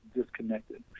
disconnected